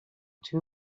two